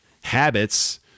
Habits